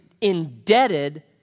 indebted